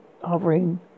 hovering